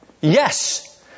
Yes